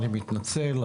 אני מתנצל,